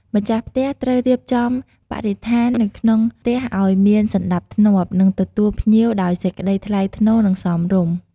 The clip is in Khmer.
ម្ចាស់ផ្ទះត្រូវរៀបចំបរិស្ថាននៅក្នុងផ្ទះឱ្យមានសណ្តាប់ធ្នាប់ និងទទួលភ្ញៀវដោយសេចក្ដីថ្លៃថ្លូរ និងសមរម្យ។